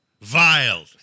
Vile